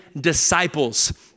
disciples